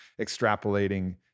extrapolating